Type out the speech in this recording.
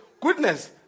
goodness